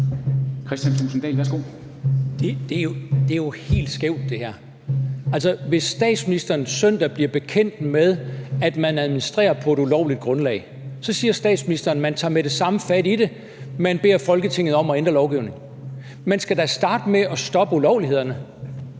her er jo helt skævt. Altså, hvis statsministeren søndag bliver bekendt med, at man administrerer på et ulovligt grundlag – så siger statsministeren, at man med det samme tager fat i det, at man beder Folketinget om at ændre lovgivningen – skal man da starte med at stoppe ulovlighederne,